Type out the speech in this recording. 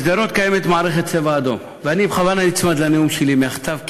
בשדרות קיימת מערכת "צבע אדום" ואני בכוונה נצמד לנאום שלי מהכתב,